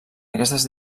aquestes